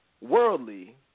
worldly